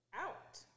out